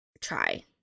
Try